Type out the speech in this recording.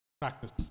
practice